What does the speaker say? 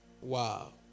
Wow